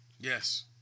Yes